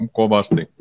kovasti